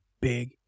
big